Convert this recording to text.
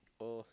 oh